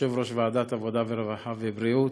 יושב-ראש ועדת העבודה הרווחה והבריאות,